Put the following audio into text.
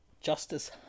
Justice